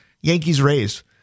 Yankees-Rays